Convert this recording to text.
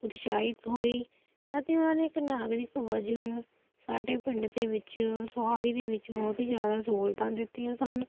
ਉਤਸ਼ਾਹਿਤ ਹੋਈ ਅਤੇ ਓਹਨਾਂ ਨੇ ਇੱਕ ਨਾਗਰਿਕ ਵਜੋਂ ਸਾਡੇ ਪਿੰਡ ਦੇ ਵਿੱਚ ਸੁਹਾਵੇ ਦੇ ਵਿੱਚ ਬਹੁਤ ਹੀ ਜ਼ਿਆਦਾ ਸਹੂਲਤਾਂ ਦਿੱਤੀਆਂ ਸਨ